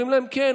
אומרים להם כן,